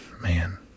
man